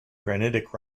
granitic